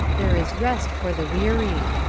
there is rest for the weary.